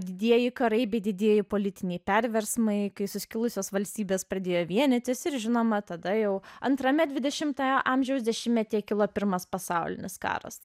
didieji karai bei didieji politiniai perversmai kai suskilusios valstybės pradėjo vienytis ir žinoma tada jau antrame dvidešimtojo amžiaus dešimtmetyje kilo pirmas pasaulinis karas